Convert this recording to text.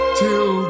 till